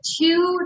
two